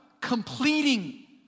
completing